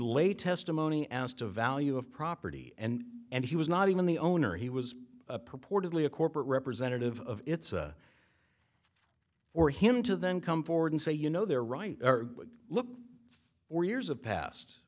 lay testimony as to value of property and and he was not even the owner he was purportedly a corporate representative of its for him to then come forward and say you know they're right look for years have passed